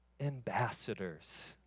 ambassadors